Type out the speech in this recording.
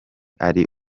ari